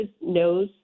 knows